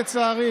לצערי,